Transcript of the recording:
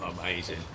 Amazing